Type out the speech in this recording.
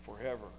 Forever